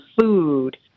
food